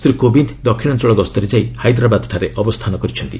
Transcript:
ଶ୍ରୀ କୋବିନ୍ଦ ଦକ୍ଷିଣାଞ୍ଚଳ ଗସ୍ତରେ ଯାଇ ହାଇଦ୍ରାବାଦଠାରେ ଅବସ୍ଥାନ କରିଛନ୍ତି